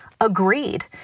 agreed